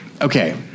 okay